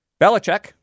Belichick